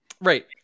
Right